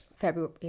February